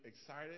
excited